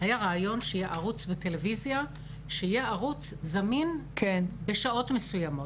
היה רעיון שיהיה ערוץ בטלוויזיה שיהיה ערוץ זמין בשעות מסוימות.